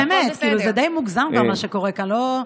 באמת, זה כבר די מוגזם, מה שקורה כאן.